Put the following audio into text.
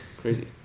Crazy